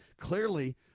clearly